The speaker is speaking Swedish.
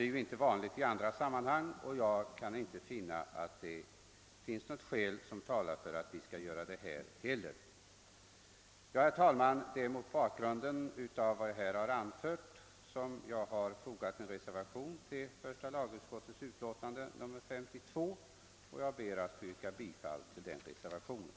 Det är inte vanligt i andra sammanhang, och jag kan inte finna att det föreligger något skäl för att så skall ske i detta fall. Herr talman! Mot bakgrund av vad jag här har anfört har jag fogat en reservation till första lagutskottets utlåtande nr 52, och jag ber att få yrka bifall till den reservationen.